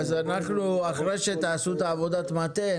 אחרי שתעשו את עבודת המטה,